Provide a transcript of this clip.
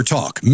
Talk